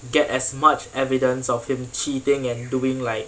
get as much evidence of him cheating and doing like